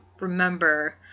remember